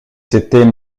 c’était